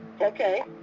Okay